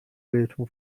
بهتون